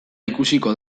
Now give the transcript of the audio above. ikusiko